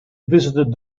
visited